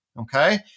Okay